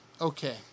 Okay